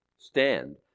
Stand